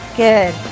good